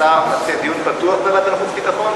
השר רוצה דיון פתוח בוועדת החוץ והביטחון,